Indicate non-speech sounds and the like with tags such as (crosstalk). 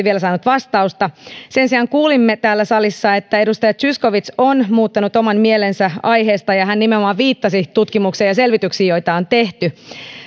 (unintelligible) vielä saanut vastausta sen sijaan kuulimme täällä salissa että edustaja zyskowicz on muuttanut oman mielensä aiheesta ja hän nimenomaan viittasi tutkimukseen ja selvityksiin joita on tehty tämä